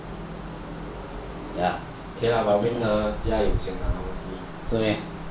okay lah but 人家有钱吗不是 meh